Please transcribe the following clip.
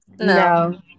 No